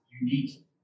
unique